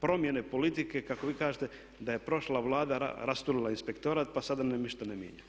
promjene politike kako vi kažete da je prošla Vlada rasturila inspektorat pa sada nam ništa ne mijenja.